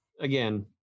again